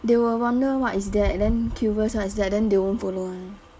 they will wonder what is that then curious what is that then they won't follow [one]